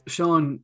Sean